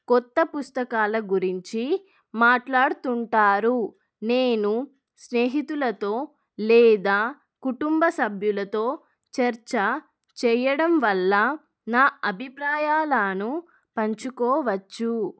కొత్త పుస్తకాల గురించి మాట్లాడుతుంటారు నేను స్నేహితులతో లేదా కుటుంబ సభ్యులతో చర్చ చెయ్యడం వల్ల నా అభిప్రాయాలాను పంచుకోవచ్చు